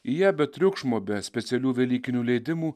jie be triukšmo be specialių velykinių leidimų